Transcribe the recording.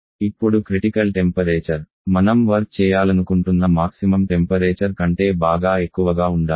ఇప్పుడు critical temperature మనం work చేయాలనుకుంటున్న మాక్సిమం టెంపరేచర్ కంటే బాగా ఎక్కువగా ఉండాలి